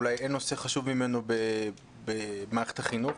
אולי אין נושא חשוב ממנו במערכת החינוך.